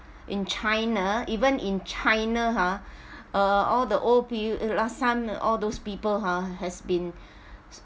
in china even in china ha uh all the old pe~ last time all those people ha has been